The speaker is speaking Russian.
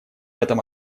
этом